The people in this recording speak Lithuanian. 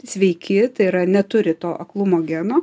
sveiki tai yra neturi to aklumo geno